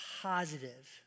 positive